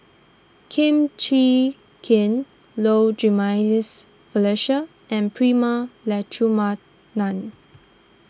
Kum Chee Kin Low Jimenez Felicia and Prema Letchumanan